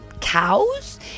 cows